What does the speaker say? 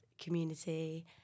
community